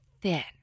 thin